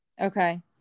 okay